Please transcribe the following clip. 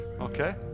Okay